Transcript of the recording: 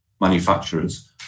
manufacturers